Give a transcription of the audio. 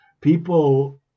People